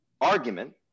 argument